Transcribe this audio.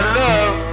love